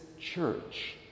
church